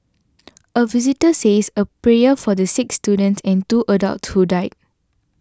a visitor says a prayer for the six students and two adults who died